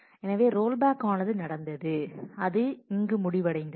எனவே ரோல்பேக் ஆனது நடந்தது மற்றும் அது இங்கு முடிவடைந்தது